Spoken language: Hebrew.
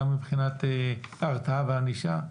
גם מבחינת הרתעה וענישה.